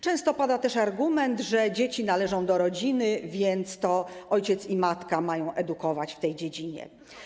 Często pada też argument, że dzieci należą do rodziny, więc to ojciec i matka mają edukować w tej dziedzinie.